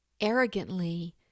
arrogantly